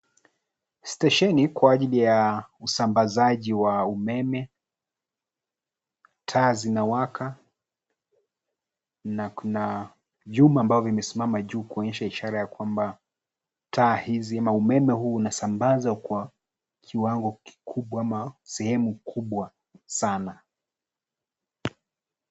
Stesheni kwa ajili ya usambazaji wa umeme. Taa zinawaka na kuna vyuma ambavyo vimesimama juu kuonyesha ishara ya kwamba taa hizi ama umeme huu unasambazwa kwa kiwango kikubwa ama sehemu kubwa sana.